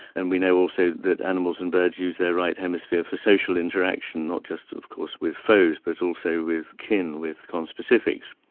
and we know also that animals and birds use their right hemisphere for social interaction, not just of course with foes but also with kin, with con-specifics.